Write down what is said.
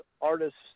artists